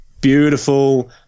beautiful